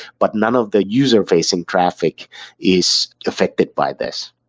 but none of the user-facing traffic is affected by this.